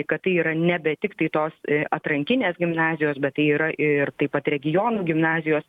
kad tai yra nebe tiktai tos atrankinės gimnazijos bet tai yra ir taip pat regionų gimnazijos